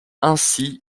ainsi